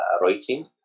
writing